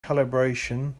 calibration